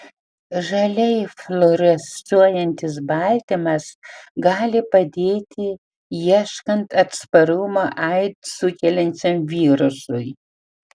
žaliai fluorescuojantis baltymas gali padėti ieškant atsparumo aids sukeliančiam virusui